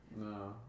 No